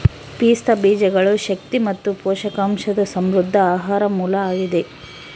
ಪಿಸ್ತಾ ಬೀಜಗಳು ಶಕ್ತಿ ಮತ್ತು ಪೋಷಕಾಂಶದ ಸಮೃದ್ಧ ಆಹಾರ ಮೂಲ ಆಗಿದೆ